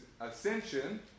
ascension